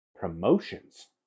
promotions